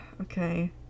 Okay